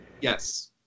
Yes